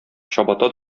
чабата